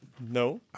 No